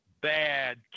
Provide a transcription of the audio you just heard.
bad